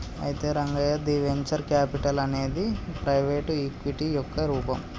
అయితే రంగయ్య ది venture capital అనేది ప్రైవేటు ఈక్విటీ యొక్క రూపం